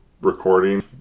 recording